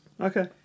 okay